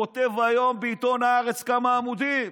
כותב היום בעיתון הארץ כמה עמודים.